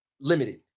limited